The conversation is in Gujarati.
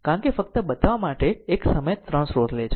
કારણ કે ફક્ત બતાવવા માટે એક સમયે 3 સ્રોતો લે છે